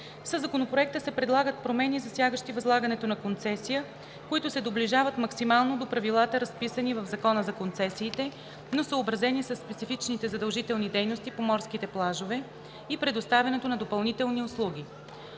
Със Законопроекта се предлагат промени, засягащи възлагането на концесия, които се доближават максимално до правилата, разписани в Закона за концесиите, но съобразени със специфичните задължителни дейности по морските плажове и предоставянето на допълнителни услуги.